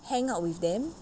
hang out with them